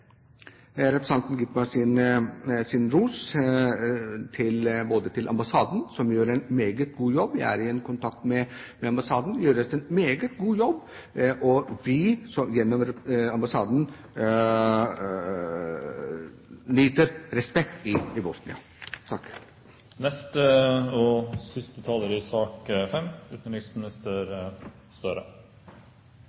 ros til ambassaden, som gjør en meget god jobb. Jeg er i kontakt med ambassaden, der gjøres det en meget god jobb, og gjennom ambassaden nyter vi respekt i Bosnia. La meg først, med referanse til stortingspresidentens merknad i